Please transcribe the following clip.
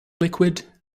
liquid